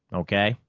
okay?